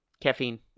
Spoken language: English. Caffeine